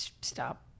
stop